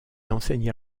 enseigna